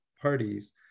parties